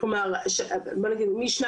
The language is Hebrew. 2018, 2019, אלה השנים הראשונות המלאות,